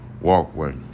walkway